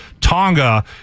Tonga